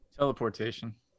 Teleportation